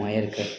ஆ இருக்குது